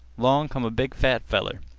long come a big fat feller.